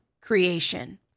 creation